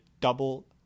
double